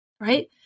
right